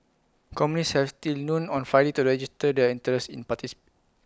companies has till noon on Friday to register their interest in parties